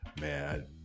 Man